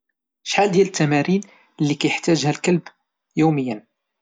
شحال ديال التمارين اللي كيحتاجها الكلب يوميا؟